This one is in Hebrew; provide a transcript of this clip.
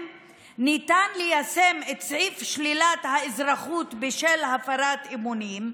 ניתן ליישם את סעיף שלילת האזרחות בשל הפרת אמונים,